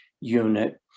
unit